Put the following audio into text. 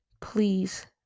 please